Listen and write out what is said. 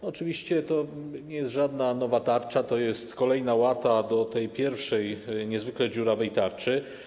Oczywiście to nie jest żadna nowa tarcza, to jest kolejna łata na tę pierwszą, niezwykle dziurawą tarczę.